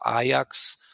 Ajax